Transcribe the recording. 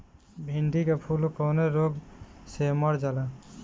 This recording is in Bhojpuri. भिन्डी के फूल कौने रोग से मर जाला?